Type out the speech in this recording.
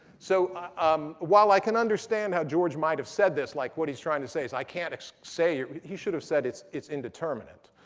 so um while i can understand how george might have said this like, what he's trying to say is, i can't say he should have said it's it's indeterminate,